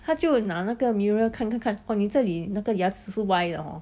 他就拿那个 mirror 看看看哇你这里那个牙齿是歪的 hor